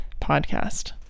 podcast